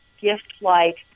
gift-like